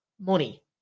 money